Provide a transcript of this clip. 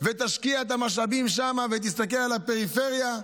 ותשקיע את המשאבים שם ותסתכל על הפריפריה,